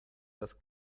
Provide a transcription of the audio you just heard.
das